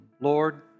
Lord